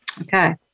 Okay